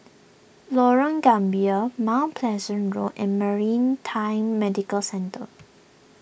Lorong Gambir Mount Pleasant Road and Maritime Medical Centre